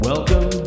Welcome